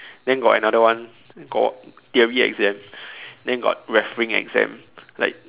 then got another one got theory exam then got refereeing exam like